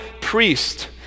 priest